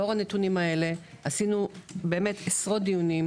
לאור הנתונים האלה עשינו עשרות דיונים.